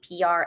pr